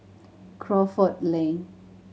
Crawford Lane